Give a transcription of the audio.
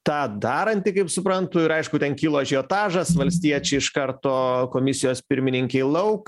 tą daranti kaip suprantu ir aišku ten kilo ažiotažas valstiečiai iš karto komisijos pirmininkei lauk